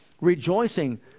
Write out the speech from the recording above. Rejoicing